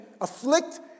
afflict